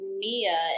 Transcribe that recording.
Mia